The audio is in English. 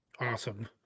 Awesome